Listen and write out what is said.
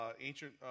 ancient